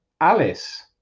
Alice